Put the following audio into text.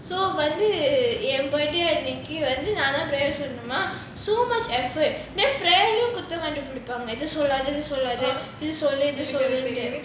so வந்து என்:vanthu en birthday அன்னைக்கு நான் தான்:annaiku naan thaan prayer சொல்லணுமாம்:sollanumaam so much effort குத்தம் கண்டு பிடிப்பாங்க இது சொல்லாத அது சொல்லதான்னு இது சொல்லு அத சொல்லுன்னு:kutham kandupidipaanga ithu sollatha athu sollathanu itha sollu atha sollunu